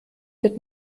wird